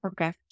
okay